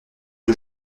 une